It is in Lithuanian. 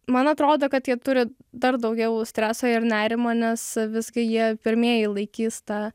man atrodo kad jie turi dar daugiau streso ir nerimo nes visgi jie pirmieji laikys tą